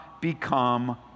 become